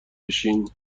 بشین